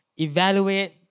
Evaluate